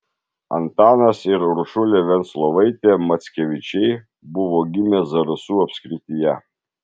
antanas ir uršulė venclovaitė mackevičiai buvo gimę zarasų apskrityje